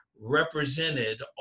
represented